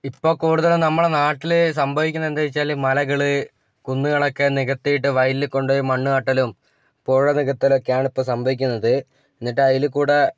ഇപ്പം കൂടുതലും നമ്മളെ നാട്ടിൽ സംഭവിക്കുന്നത് എന്താ വച്ചാൽ മലകൾ കുന്നുകളൊക്കെ നികത്തിയിട്ട് വയിലിൽ കൊണ്ടുപോയി മണ്ണ് തട്ടലും പുഴ നികത്തലുമൊക്കെയാണ് ഇപ്പം സംഭവിക്കുന്നത് എന്നിട്ട് അതിൽക്കൂടി